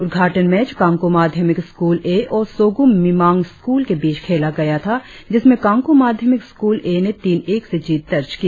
उद्घाटन मैच कांकु माध्यमिक school A और सोगुम मिमांग स्कूल के बीच खेला गया था जिसमें कांकु माध्यमिक स्कूल ए ने तीन एक से जीत दर्ज की